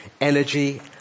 energy